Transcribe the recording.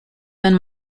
wenn